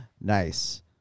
Nice